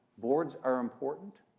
boards are important.